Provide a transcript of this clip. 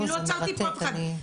אני לא עצרתי פה אף אחד.